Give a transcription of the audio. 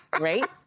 Right